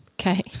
Okay